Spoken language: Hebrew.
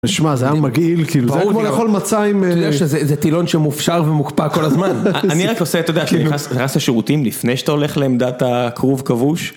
נשמע, זה היה מגעיל, כאילו זה היה כמו לאכול מצה עם... יש איזה טילון שמופשר ומוקפא כל הזמן. אני רק עושה, אתה יודע, אני נכנס לשירותים לפני שאתה הולך לעמדת הכרוב כבוש.